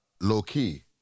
low-key